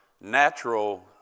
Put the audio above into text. natural